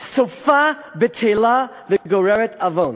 סופה בטלה וגוררת עוון".